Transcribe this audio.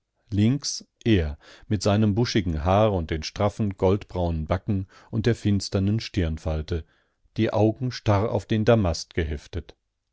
links er mit seinem buschigen haar und den straffen goldbraunen backen und der finsteren stirnfalte die augen starr auf den damast geheftet